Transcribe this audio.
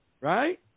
right